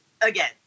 Again